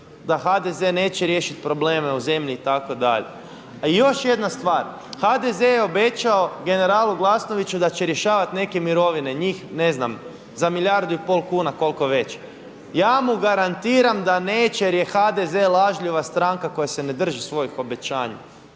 da HDZ neće riješiti probleme u zemlji itd. A još jedna stvar, HDZ je obećao generalu Glasnoviću da će rješavati neke mirovine, njih ne znam, za milijardu i pol kuna, koliko već. Ja mu garantiram da neće jer je HDZ lažljiva stranka koja se ne drži svojih obećanja.